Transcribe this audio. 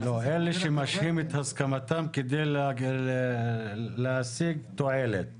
התבסס על --- אלה שמשהים את הסכמתם כדי להשיג תועלת,